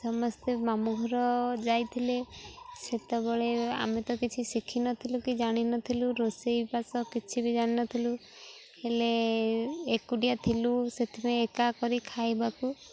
ସମସ୍ତେ ମାମୁଁଘର ଯାଇଥିଲେ ସେତେବେଳେ ଆମେ ତ କିଛି ଶିଖିନଥିଲୁ କି ଜାଣିନଥିଲୁ ରୋଷେଇବାସ କିଛି ବି ଜାଣିନଥିଲୁ ହେଲେ ଏକୁଟିଆ ଥିଲୁ ସେଥିପାଇଁ ଏକା କରି ଖାଇବାକୁ